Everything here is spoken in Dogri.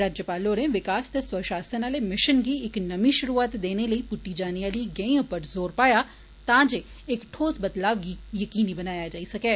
राज्यपाल होरें विकास ते स्वशासन आले मिशन गी इक नमीं शुरूआत देने लेई पुट्टी जाने आली गैंई पर जोर पाया तां जे इक ठोस बदलाव गी जकीनी बनाया जाई सकै